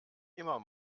immer